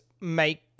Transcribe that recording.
make